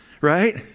right